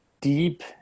deep